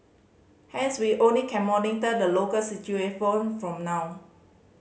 hence we only can monitor the local from now